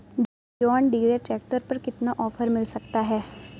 John Deere tractor पर कितना offer मिल सकता है?